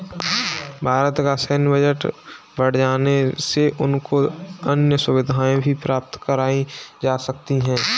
भारत का सैन्य बजट बढ़ जाने से उनको अन्य सुविधाएं भी प्राप्त कराई जा सकती हैं